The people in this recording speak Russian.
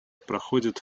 проходит